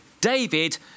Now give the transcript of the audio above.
David